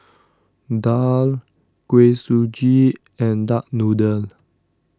Daal Kuih Suji and Duck Noodle